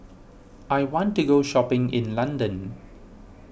I want to go shopping in London